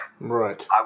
Right